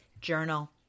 journal